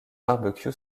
barbecue